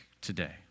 today